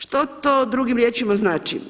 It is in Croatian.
Što to drugim riječima znači?